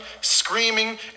screaming